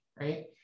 right